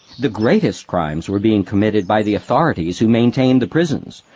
the greatest crimes were being committed by the authorities who maintained the prisons,